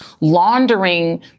laundering